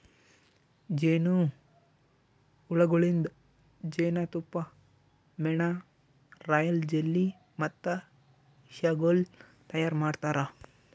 ಜೇನು ಹುಳಗೊಳಿಂದ್ ಜೇನತುಪ್ಪ, ಮೇಣ, ರಾಯಲ್ ಜೆಲ್ಲಿ ಮತ್ತ ವಿಷಗೊಳ್ ತೈಯಾರ್ ಮಾಡ್ತಾರ